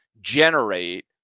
generate